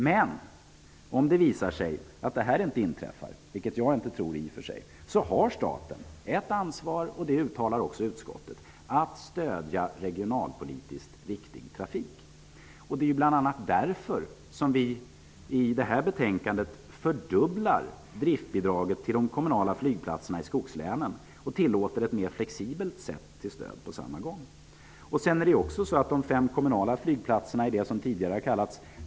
Men om det visar sig att detta inte inträffar -- vilket jag i och för sig inte tror -- har staten ett ansvar att, som utskottet uttalar, stödja regionalpolitiskt viktig trafik. Det är bl.a. därför som vi, som framgår av betänkandet, fördubblar driftbidraget till kommunala flygplatser i skogslänen och på samma gång tillåter ett mer flexibelt stöd.